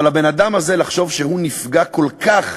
אבל הבן-אדם הזה, לחשוב שהוא נפגע כל כך